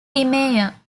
meyer